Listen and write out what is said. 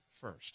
first